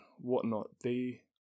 whatnot—they